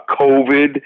COVID